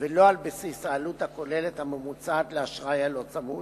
ולא על בסיס העלות הכוללת הממוצעת לאשראי הלא-צמוד,